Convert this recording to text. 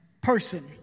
person